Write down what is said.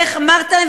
ואיך אמרת להם,